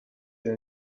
dans